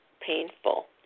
painful